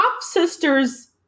sister's